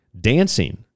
dancing